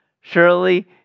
surely